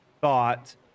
thought